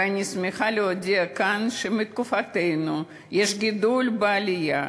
ואני שמחה להודיע כאן שמתקופתנו יש גידול בעלייה.